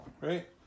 right